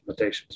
implementations